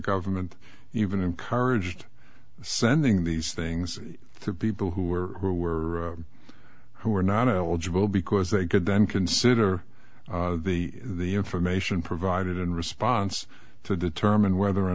government even encouraged sending these things through people who were who were who were not eligible because they could then consider the information provided in response to determine whether or